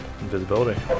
invisibility